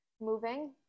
moving